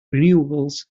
renewables